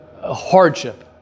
hardship